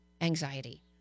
anxiety